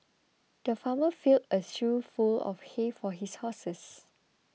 the farmer filled a shoe full of hay for his horses